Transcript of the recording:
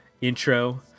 intro